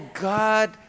God